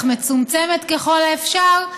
אך מצומצמת ככל האפשר,